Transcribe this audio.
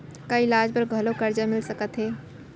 का इलाज बर घलव करजा मिलिस सकत हे?